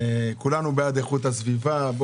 כולנו בעד איכות הסביבה.